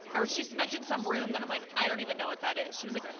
or she mentioned some room, then i'm like, i don't even know what that is. she was like,